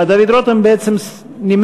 אה, דוד רותם בעצם נימק.